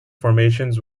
formations